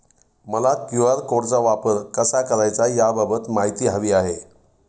मला क्यू.आर कोडचा वापर कसा करायचा याबाबत माहिती हवी आहे